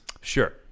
Sure